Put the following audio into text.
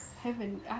heaven